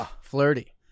Flirty